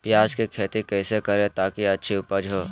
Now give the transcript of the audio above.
प्याज की खेती कैसे करें ताकि अच्छी उपज हो?